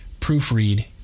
proofread